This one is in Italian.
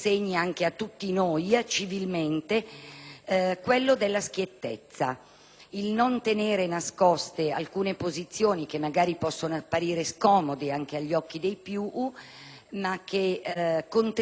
del non tenere nascoste alcune posizioni, che magari possono anche apparire scomode agli occhi dei più, ma che contribuiscono a determinare un pensiero più chiaro e più forte.